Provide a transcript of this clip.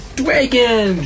dragon